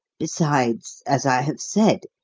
besides, as i have said,